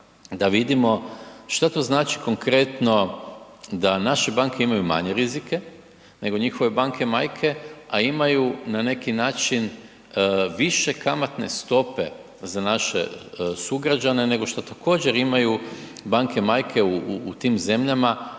da vidimo šta to znači konkretno da naše banke imaju manje rizike nego njihove banke majke, a imaju na neki način više kamatne stope za naše sugrađane nego šta također imaju banke majke u tim zemljama,